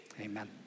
Amen